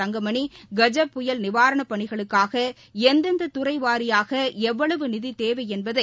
தங்கமணி கஜ புயல் நிவாரணப் பணிகளுக்காக எந்தெந்த துறை வாரியாக எவ்வளவு நிதி தேவை என்பதை